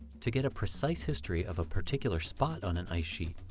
to get a precise history of a particular spot on an ice sheet,